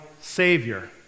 Savior